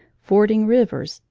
fording rivers,